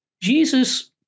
Jesus